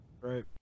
right